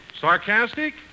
Sarcastic